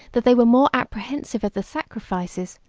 that they were more apprehensive of the sacrifices,